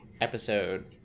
episode